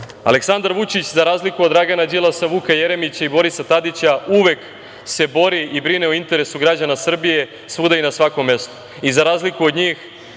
redovima. Aleksandar Vučić, za razliku od Dragana Đilasa, Vuka Jeremića i Borisa Tadića, uvek se bori i brine o interesu građana Srbije, svuda i na svakom mestu.